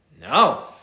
No